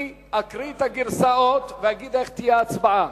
אני אקריא את הגרסאות ואגיד איך תהיה ההצבעה.